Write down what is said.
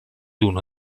uno